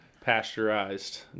pasteurized